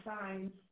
signs